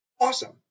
awesome